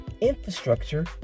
infrastructure